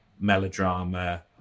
melodrama